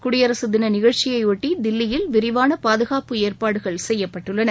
குடியரசுதின நிகழ்ச்சியையொட்டி தில்லியில் விரிவான பாதுகாப்பு ஏற்பாடுகள் செய்யப்பட்டுள்ளன